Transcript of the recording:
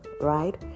right